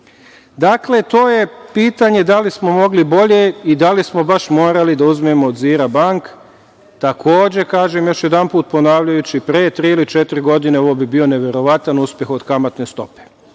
Dakle, to je pitanje da li smo mogli bolje i da li smo baš morali da uzmemo od "Zirat" banke? Još jednom ponavljam, pre tri ili četiri godine, ovo bi bio neverovatan uspeh od kamatne stope.